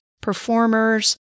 performers